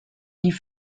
die